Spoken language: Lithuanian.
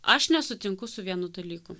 aš nesutinku su vienu dalyku